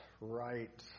right